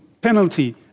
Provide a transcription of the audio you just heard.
penalty